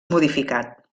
modificat